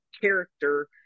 character